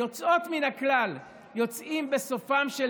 איזה דברים יוצאים מן הכלל יוצאים בסופם של